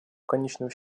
конечном